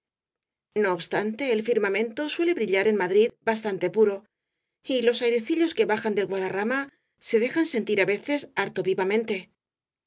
no obstante el firmamento suele brillar en madrid bastante puro y los airecillos que bajan del guadarrama se dejan sentir aveces harto vivamente